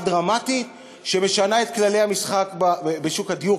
דרמטית שמשנה את כללי המשחק בשוק הדיור,